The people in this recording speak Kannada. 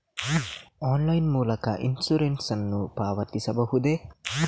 ಆನ್ಲೈನ್ ಮೂಲಕ ಇನ್ಸೂರೆನ್ಸ್ ನ್ನು ಪಾವತಿಸಬಹುದೇ?